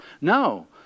No